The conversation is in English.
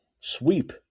sweep